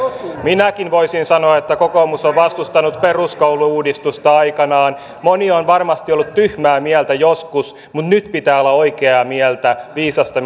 minäkin voisin sanoa että kokoomus on vastustanut peruskoulu uudistusta aikanaan moni on varmasti ollut tyhmää mieltä joskus mutta nyt pitää olla oikeaa mieltä viisasta